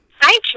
Hi